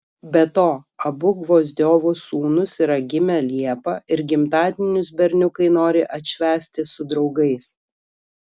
be to abu gvozdiovų sūnus yra gimę liepą ir gimtadienius berniukai nori atšvęsti su draugais